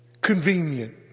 convenient